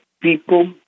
people